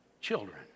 children